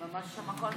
ממש לא.